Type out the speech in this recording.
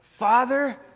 Father